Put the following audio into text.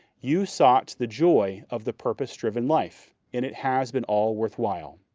you sought the joy of the purpose-driven life and it has been all worthwhile.